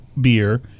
beer